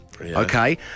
okay